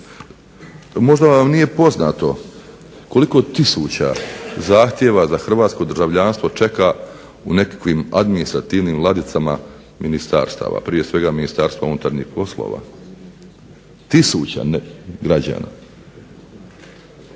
Možda vam nije poznato koliko tisuća zahtjeva za hrvatsko državljanstvo čeka u nekakvim administrativnim ladicama ministarstava, prije svega Ministarstva unutarnjih poslova. Tisuće građana.